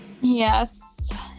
Yes